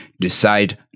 decide